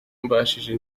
mbashije